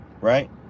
Right